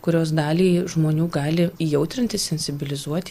kurios daliai žmonių gali įjautrinti sensibilizuoti